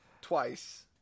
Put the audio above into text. Twice